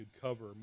cover